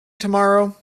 tomorrow